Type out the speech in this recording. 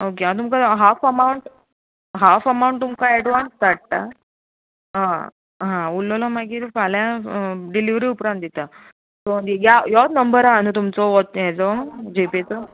okay हांव तुमकां half amount half amount तुमकां एडवान्स धाडटा आं उरलेलो मागीर फाल्या डिलिवरी उपरांत दितां सो ह्या होत नंबर हां न्हू तुमचो व्होटसे हेचो जीपेचो